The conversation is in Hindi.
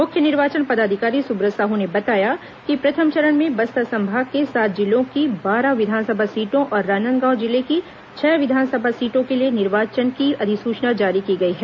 मुख्य निर्वाचन पदाधिकारी सुब्रत साहू ने बताया कि प्रथम चरण में बस्तर संभाग के सात जिलों की बारह विधानसभा सीटों और राजनांदगांव जिले की छह विधानसभा सीटों के लिए निर्वाचन की अधिसूचना जारी की गई है